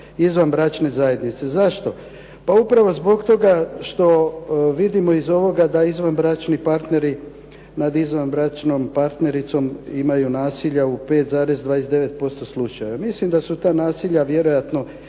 izvanbračne zajednice. Zašto? Pa upravo zbog toga što vidimo iz ovoga da izvanbračni partneri nad izvanbračnom partnericom imaju nasilja u 5,29% slučajeva. Mislim da su ta nasilja vjerojatno